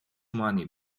money